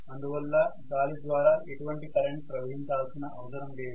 ఇందువల్ల గాలి ద్వారా ఎటువంటి కరెంటు ప్రవహించాల్సిన అవసరం లేదు